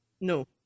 no